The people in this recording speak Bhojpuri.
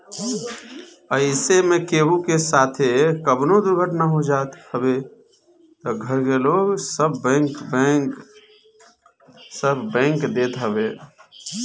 अइसे में केहू के साथे कवनो दुर्घटना हो जात हवे तअ घर के लोन सब बैंक देत हवे